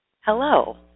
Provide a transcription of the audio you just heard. hello